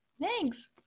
Thanks